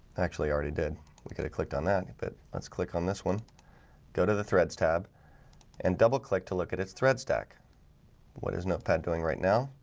actually already did we could have clicked on that but let's click on this one go to the threads tab and double click to look at its thread stack what is notepad doing right now?